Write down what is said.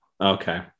Okay